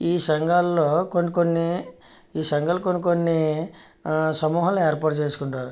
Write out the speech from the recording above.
ఈ సంఘాల్లో కొన్ని కొన్ని ఈ సంఘాలు కొన్ని కొన్ని సమూహాలు ఏర్పాటు చేసుకుంటారు